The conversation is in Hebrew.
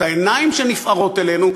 את העיניים שנפערות אלינו,